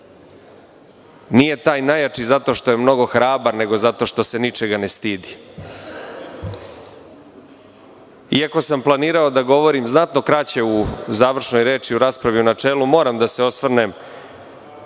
nije taj najjači zato što je mnogo hrabar, nego zato što se ničega ne stidi. Iako sam planirao da govorim znatno kraće u završnoj reči o raspravi u načelu, moram da se osvrnem